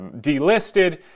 delisted